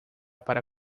para